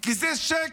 כי זה שקר.